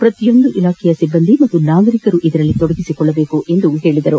ಪ್ರತಿಯೊಂದು ಇಲಾಖೆಯ ಸಿಬ್ಬಂದಿ ಹಾಗೂ ನಾಗರಿಕರು ಇದರಲ್ಲಿ ತೊಡಗಿಸಿಕೊಳ್ಳಬೇಕು ಎಂದರು